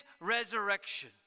resurrection